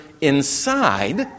inside